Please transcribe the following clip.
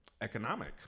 economic